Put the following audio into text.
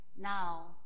Now